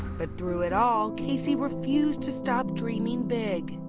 but through it all, casey refused to stop dreaming big.